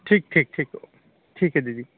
ठीक ठीक ठीक है ठीक है दीदी